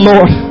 Lord